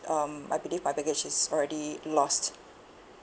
um I believe my baggage is already lost